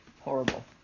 Horrible